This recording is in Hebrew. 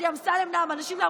דודי אמסלם נאם, אנשים נאמו.